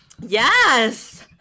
Yes